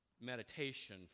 Meditation